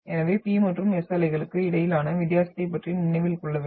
எனவே P மற்றும் S அலைகளுக்கு இடையிலான வித்தியாசத்தைப் பற்றி நினைவில் கொள்ள வேண்டும்